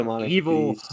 evil